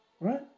Right